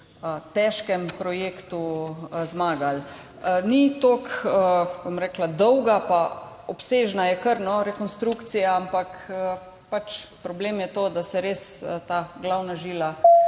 težkem projektu zmagali. Ni toliko dolga, obsežna je kar, rekonstrukcija, problem je to, da se res ta glavna žila